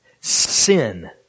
Sin